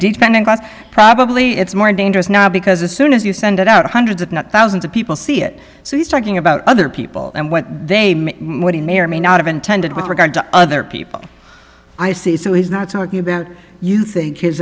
but probably it's more dangerous now because as soon as you send it out hundreds if not thousands of people see it so he's talking about other people and what they what he may or may not intended with regard to other people i see so he's not talking about you think